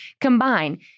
combine